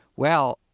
well,